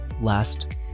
last